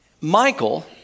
Michael